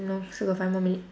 no still got five more minute